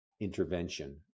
intervention